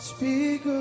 Speak